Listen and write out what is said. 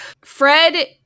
Fred